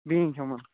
being human